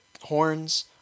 horns